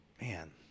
Man